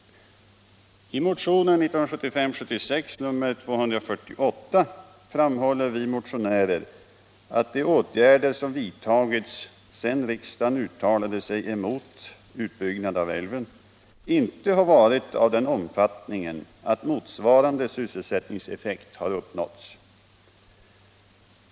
I motionen 1975/76:248 framhåller vi motionärer att de åtgärder som vidtagits sedan riksdagen uttalade sig emot utbyggnad av älven inte har varit av den omfattningen att motsvarande sysselsättningseffekt har uppnåtts.